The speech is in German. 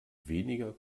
weniger